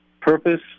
Purpose